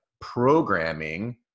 programming